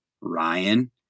Ryan